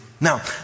Now